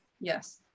Yes